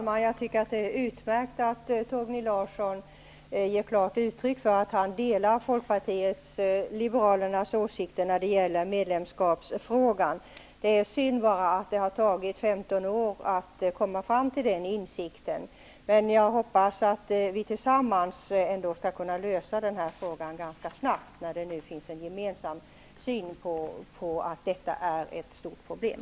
Herr talman! Det är utmärkt att Torgny Larsson ger klart uttryck för att han delar Folkpartiet liberalernas åsikter när det gäller medlemskapsfrågan. Det är synd bara att det har tagit 15 år att komma fram till den insikten. Men jag hoppas att vi ändå tillsammans skall kunna lösa den här frågan ganska snabbt, när vi nu är överens om att detta är ett stort problem.